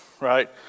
right